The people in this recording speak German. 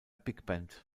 bigband